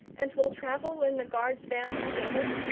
and we'll travel in the guard's van together,